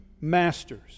masters